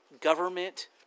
government